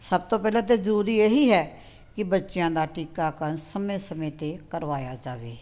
ਸਭ ਤੋਂ ਪਹਿਲਾਂ ਤਾਂ ਜ਼ਰੂਰੀ ਇਹੀ ਹੈ ਕਿ ਬੱਚਿਆਂ ਦਾ ਟੀਕਾਕਰਨ ਸਮੇਂ ਸਮੇਂ 'ਤੇ ਕਰਵਾਇਆ ਜਾਵੇ